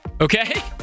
Okay